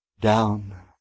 down